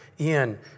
Ian